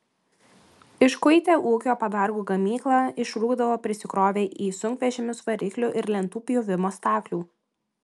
iškuitę ūkio padargų gamyklą išrūkdavo prisikrovę į sunkvežimius variklių ir lentų pjovimo staklių